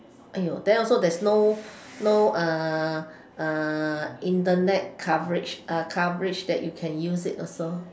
!aiyo! then also there's no no uh uh internet coverage uh coverage that you can use it also